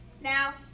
Now